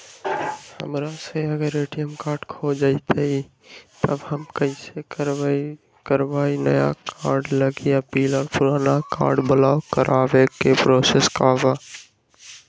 हमरा से अगर ए.टी.एम कार्ड खो जतई तब हम कईसे करवाई नया कार्ड लागी अपील और पुराना कार्ड ब्लॉक करावे के प्रोसेस का बा?